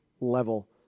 level